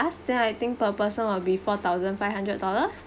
then I think per person will be four thousand five hundred dollars